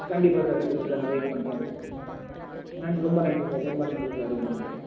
கண்டிப்பாக சார் கண்டிப்பாக சார் நான் வெயிட் பண்ணுறேன் சார் நன் ரொம்ப நன்றி சார் ரொம்ப நன்றி சார் ரொம்ப நன்றி